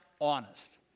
honest